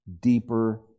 deeper